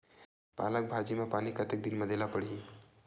पालक भाजी म पानी कतेक दिन म देला पढ़ही?